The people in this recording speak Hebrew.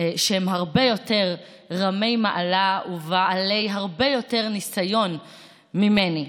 שהם הרבה יותר רמי מעלה ובעלי הרבה יותר ניסיון ממני.